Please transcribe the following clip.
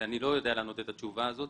אני לא יודע לענות את התשובה הזאת.